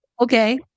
Okay